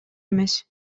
эмес